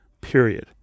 period